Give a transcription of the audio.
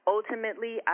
Ultimately